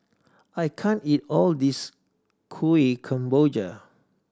I can't eat all this Kuih Kemboja